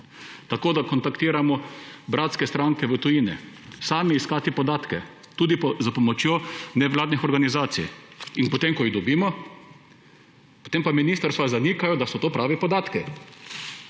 tako da kontaktiramo bratske stranke v tujine, tudi s pomočjo nevladnih organizacij. In potem ko jih dobimo, potem pa ministrstva zanikajo, da so to pravi podatki.